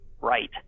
right